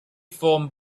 formed